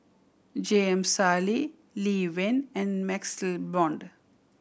J M Sali Lee Wen and MaxLe Blond